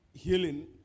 healing